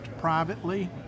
privately